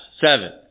seven